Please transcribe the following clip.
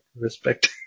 respect